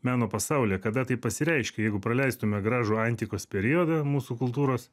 meno pasaulyje kada tai pasireiškia jeigu praleistume gražų antikos periodą mūsų kultūros